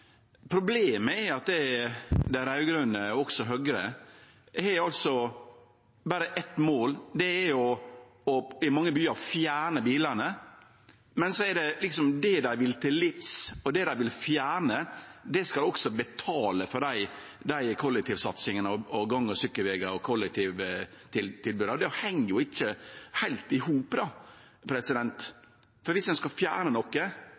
Problemet er at dei raud-grøne, og også Høgre, berre har eitt mål. Det er i mange byar å fjerne bilane, men det dei vil til livs, og det dei vil fjerne, skal også betale for kollektivsatsingane, kollektivtilboda og gang- og sykkelvegane. Og det heng ikkje heilt i hop, for om ein skal fjerne noko,